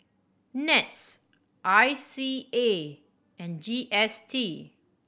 NETS I C A and G S T